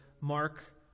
Mark